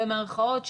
במרכאות,